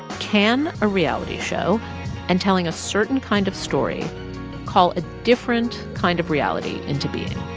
can a reality show and telling a certain kind of story call a different kind of reality into being?